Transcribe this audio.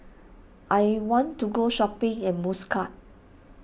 I want to go shopping in Muscat